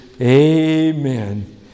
amen